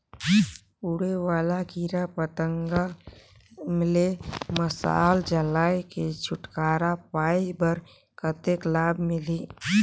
उड़े वाला कीरा पतंगा ले मशाल जलाय के छुटकारा पाय बर कतेक लाभ मिलही?